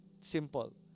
simple